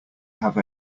have